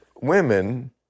women